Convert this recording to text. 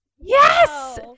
yes